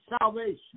salvation